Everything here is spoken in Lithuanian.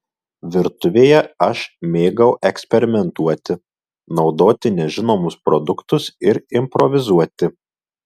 virtuvėje aš mėgau eksperimentuoti naudoti nežinomus produktus ir improvizuoti